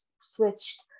switched